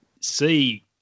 see